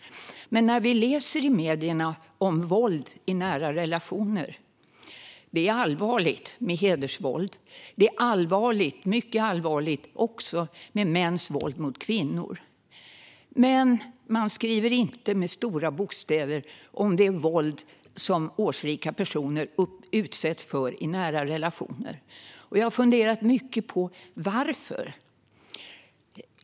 Hedersvåld är allvarligt. Mäns våld mot kvinnor är också mycket allvarligt. Men medierna skriver inte med stora bokstäver om det våld som årsrika personer utsätts för i nära relationer. Jag har funderat mycket på varför.